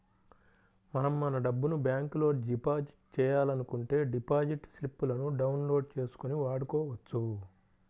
మనం మన డబ్బును బ్యాంకులో డిపాజిట్ చేయాలనుకుంటే డిపాజిట్ స్లిపులను డౌన్ లోడ్ చేసుకొని వాడుకోవచ్చు